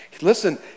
Listen